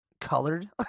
Colored